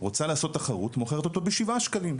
רוצה לעשות תחרות, מוכרת אותו ב-7 שקלים.